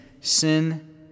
sin